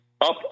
up